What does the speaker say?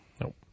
Nope